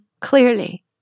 Clearly